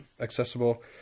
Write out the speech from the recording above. accessible